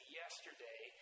yesterday